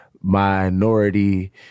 minority